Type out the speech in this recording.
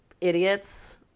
idiots